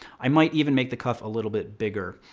i might even make the cuff a little bit bigger.